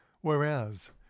Whereas